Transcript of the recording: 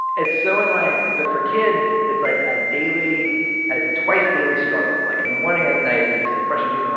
it's so annoying. but for kids it's, like, a daily a twice-daily struggle. like, in the morning and at night you're just like, brush your teeth. and